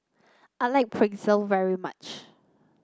I like Pretzel very much